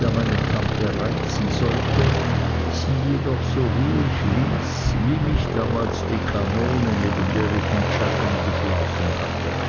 der meine tante reizen sollte sie jedoch so ruhig ließ wie mich damals die kanone neben der ich in chatham geschlafen hatte